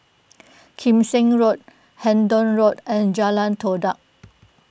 Kim Seng Road Hendon Road and Jalan Todak